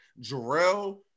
Jarrell